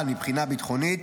אבל מבחינה ביטחונית,